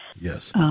yes